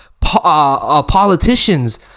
politicians